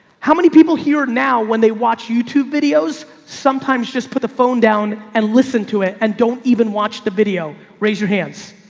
how many people here now when they watch youtube videos sometimes just put the phone down and listen to it and don't even watch the video. raise your hands.